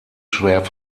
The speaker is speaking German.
schwer